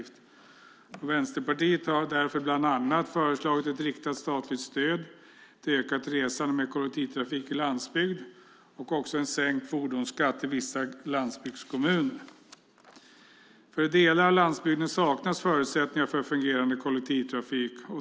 Vänsterpartiet har därför bland annat föreslagit ett riktat statligt stöd till ökat resande med kollektivtrafik i landsbygd samt sänkt fordonsskatt för vissa landsbygdskommuner. För delar av landsbygden saknas förutsättningar för en fungerande kollektivtrafik.